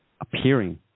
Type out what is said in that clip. appearing